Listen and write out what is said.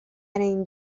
این